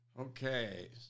Okay